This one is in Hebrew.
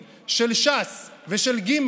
של הזוגות הצעירים, של ש"ס, של ג',